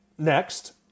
Next